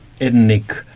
ethnic